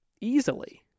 easily